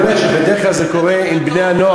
אני אומר שבדרך כלל זה קורה עם בני-הנוער.